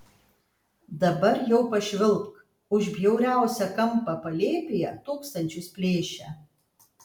dabar jau pašvilpk už bjauriausią kampą palėpėje tūkstančius plėšia